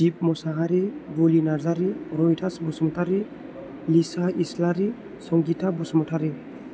Deep Mushahary Buli Narzary Rahithas Basumatary Nisha Islary Sangita Basumatary